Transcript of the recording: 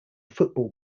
football